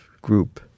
group